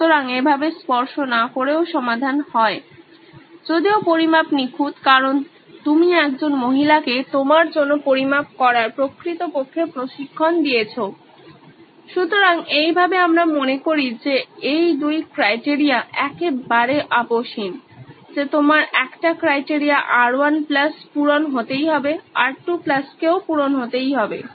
সুতরাং এভাবে স্পর্শ না করেও সমাধান হয় যদিও পরিমাপ নিখুঁত কারণ তুমি একজন মহিলাকে তোমার জন্য পরিমাপ করার প্রকৃতপক্ষে প্রশিক্ষণ দিয়েছো সুতরাং এই ভাবে আমরা মনে করি যে এই দুই ক্রাইটেরিয়া একেবারে আপোষহীন যে তোমার একটা ক্রাইটেরিয়া R1 plus পূরণ হতেই হবে R2 plus কে ও পূরণ হতেই হবে